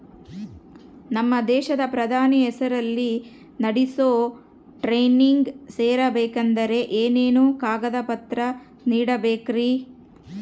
ನಮ್ಮ ದೇಶದ ಪ್ರಧಾನಿ ಹೆಸರಲ್ಲಿ ನಡೆಸೋ ಟ್ರೈನಿಂಗ್ ಸೇರಬೇಕಂದರೆ ಏನೇನು ಕಾಗದ ಪತ್ರ ನೇಡಬೇಕ್ರಿ?